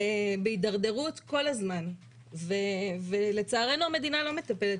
בהתדרדרות כל הזמן ולצערנו המדינה לא מטפלת